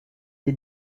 des